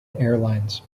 airlines